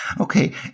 Okay